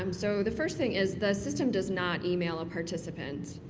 um so the first thing is the system does not email a participant.